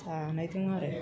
जानायदों आरो